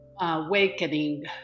awakening